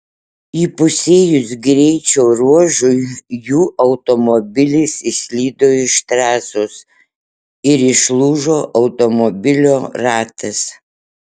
įpusėjus greičio ruožui jų automobilis išslydo iš trasos ir išlūžo automobilio ratas